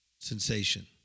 sensation